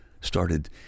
started